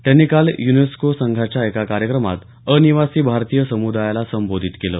त्यांनी काल युनेस्को संघाच्या एका कार्यक्रमात अनिवासी भारतीय समुदायाला संबोधित केलं